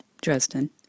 Dresden